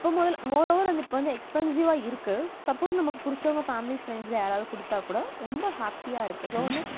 இப்ப முதல் மோரோவர் அது இப்போ வந்து எக்ஸ்பென்ஸிவா இருக்கு சப்போஸ் நமக்கு பிடிச்சவங்க ஃபேமிலிஸ் ஃப்ரெண்ட்ஸில் யாராவது கொடுத்தா கூட ரொம்ப ஹாப்பியாக இருக்குது ஸோ வந்து